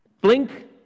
Blink